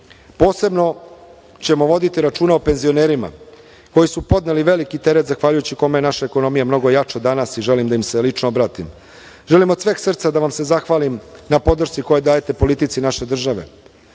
16%.Posebno ćemo voditi računa o penzionerima koji su podneli veliki teret, zahvaljujući kome je naša ekonomija mnogo jača danas i želim da im se lično obratim. Želim od sveg srca da vam se zahvalim na podršci koju dajete politici naše države.